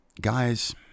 guys